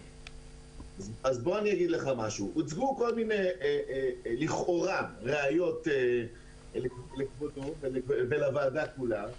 הוצגו כל מיני לכאורה ראיות לכבודו ולוועדה כולה.